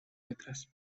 letras